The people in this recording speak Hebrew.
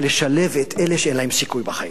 לשלב את אלה שאין להם סיכוי בחיים.